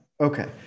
okay